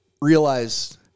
realize